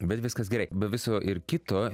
bet viskas gerai be viso ir kito